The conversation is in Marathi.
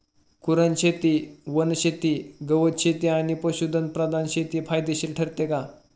कुरणशेती, वनशेती, गवतशेती किंवा पशुधन प्रधान शेती फायदेशीर ठरते का?